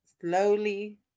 slowly